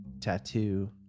tattoo